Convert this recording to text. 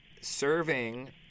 serving